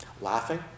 laughing